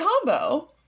combo